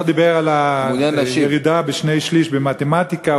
השר דיבר על הירידה בשני-שלישים במתמטיקה.